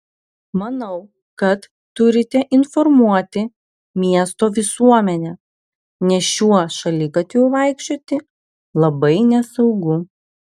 manau kad turite informuoti miesto visuomenę nes šiuo šaligatviu vaikščioti labai nesaugu